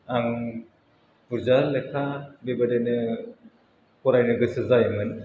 आं मोजां लेखा बे बायदिनो फरायनो गोसो जायोमोन